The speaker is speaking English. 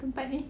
tempat ni